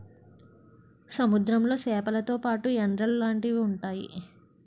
సముద్రంలో సేపలతో పాటు ఎండ్రలు లాంటివి ఉంతాయి